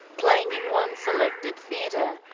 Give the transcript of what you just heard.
playing in one selected theater.